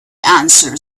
answered